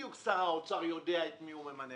שר האוצר לא בדיוק יודע את מי הוא ממנה.